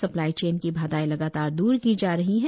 supply chain की बाधाएं लगातार द्र की जा रही हैं